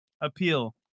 Appeal